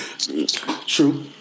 true